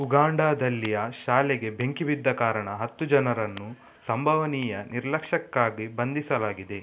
ಉಗಾಂಡಾದಲ್ಲಿಯ ಶಾಲೆಗೆ ಬೆಂಕಿ ಬಿದ್ದ ಕಾರಣ ಹತ್ತು ಜನರನ್ನು ಸಂಭವನೀಯ ನಿರ್ಲಕ್ಷ್ಯಕ್ಕಾಗಿ ಬಂಧಿಸಲಾಗಿದೆ